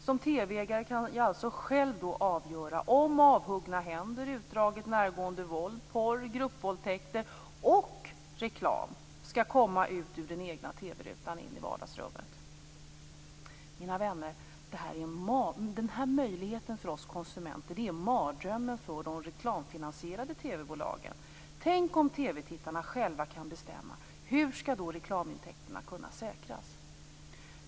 Som TV-ägare kan jag då alltså själv avgöra om avhuggna händer, utdraget närgående våld, porr, gruppvåldtäkter och reklam skall komma ut ur den egna TV-rutan in i vardagsrummet. Mina vänner! Den här möjligheten för oss konsumenter är mardrömmen för de reklamfinansierade TV-bolagen. Tänk om TV-tittarna själva kan bestämma, hur skall då reklamintäkterna kunna säkras?